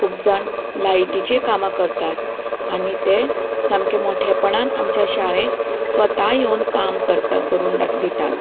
खूब जाण लायटिंचें कामां करतात आनी ते सामके मोठेपणान आमच्या शाळेंत स्वता येवन काम करतात करून दितात